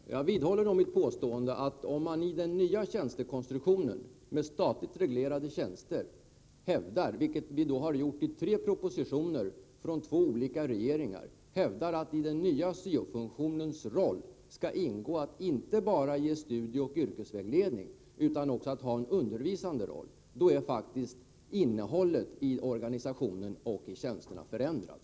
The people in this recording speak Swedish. Fru talman! Jag vidhåller mitt påstående: Om man i den nya tjänstekonstruktionen med statligt reglerade tjänster hävdar — vilket vi gjort i tre propositioner från två olika regeringar — att det i den nya syo-funktionen skall ingå inte bara att ge studieoch yrkesvägledning utan också att ha en undervisande roll, är faktiskt innehållet i organisationen och i tjänsterna förändrat.